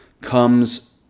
comes